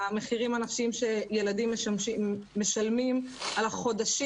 המחירים הנפשיים שילדים משלמים על החודשים